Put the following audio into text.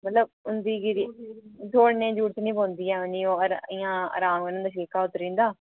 मतलब उं'दी गिरी तोड़ने दी जरूरत नीं पोंदी ऐ उनेंगी ओह् इ'यां अराम कन्नै छिलका उतरी जंदा